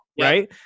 right